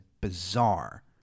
bizarre